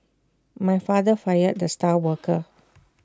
my father fired the star worker